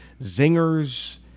zingers